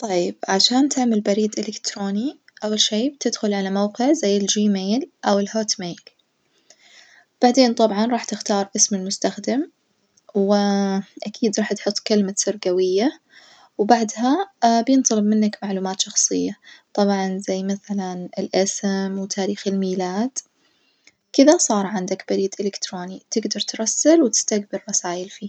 طيب عشان تعمل بريد الكتروني أول شي بتدخل على موقع زي الجي ميل اوع الهوت ميل، بعدين طبعًا راح تختار اسم المستخدم و h أكيد راح تحط كلمة سر جوية، وبعدها بينطلب منك معلومات شخصية طبعًا ازي مثلًا الاسم وتاريخ الميلاد كدة صار عندك بريد الكتروني تجدر ترسل وتستجبل رسايل فيه.